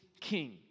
king